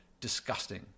disgusting